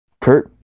Kurt